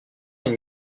est